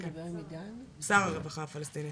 עם שר הרווחה הפלסטיני.